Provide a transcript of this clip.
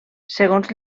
segons